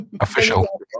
Official